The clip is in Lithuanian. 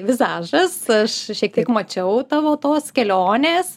vizažas aš šiek tiek mačiau tavo tos kelionės